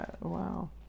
wow